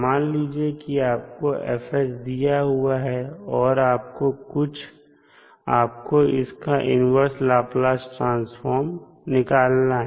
मान लीजिए कि आपको दिया हुआ है और आपको इसका इनवर्स लाप्लास ट्रांसफार्म निकालना है